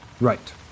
Right